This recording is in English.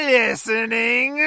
listening